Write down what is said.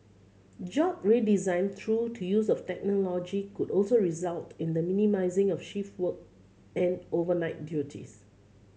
job redesign through the use of could also result in the minimising of shift work and overnight duties